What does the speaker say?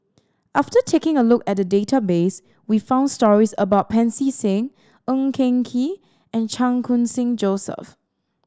after taking a look at the database we found stories about Pancy Seng Ng Eng Kee and Chan Khun Sing Joseph